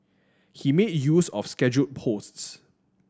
he made use of scheduled posts